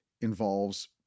involves